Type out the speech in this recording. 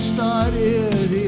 Started